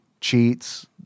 cheats